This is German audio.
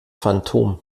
phantom